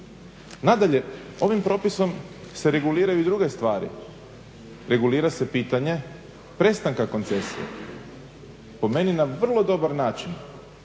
Nadalje, ovim propisom se reguliraju i druge stvari, regulira se pitanje prestanka koncesije, po meni na vrlo dobar način.